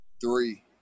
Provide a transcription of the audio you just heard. three